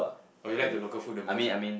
or you like the local food the most right